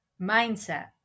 Mindset